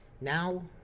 now